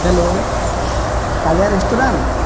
hello Kalia restaurant